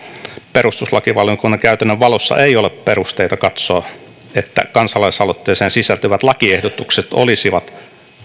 perustuslakivaliokunnan käytännön valossa ei ole perusteita katsoa että kansalaisaloitteeseen sisältyvät lakiehdotukset olisivat